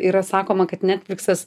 yra sakoma kad netflixas